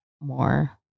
more